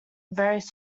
various